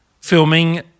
filming